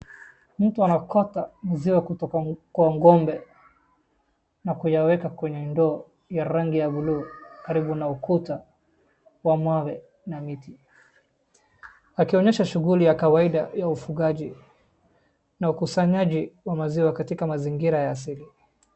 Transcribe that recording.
Mtu anaokota maziwa kutoka kwa ng'ombe na kuyaweka kwenye ndoo ya rangi ya buluu karibu na ukuta wa mawe na miti. Akionyesha shughuli ya kawaida ya ufugaji na ukusanyaji wa maziwa katika mazingira asili.